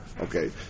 Okay